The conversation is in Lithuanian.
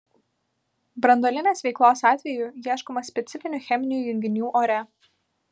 branduolinės veiklos atveju ieškoma specifinių cheminių junginių ore